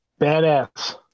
Badass